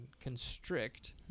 constrict